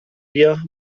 wir